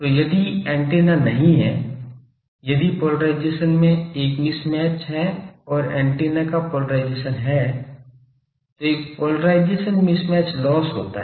तो यदि एंटीना नहीं है यदि पोलराइजेशन में एक मिसमैच है और एंटीना का पोलराइजेशन है तो एक पोलराइजेशन मिसमैच लॉस होता है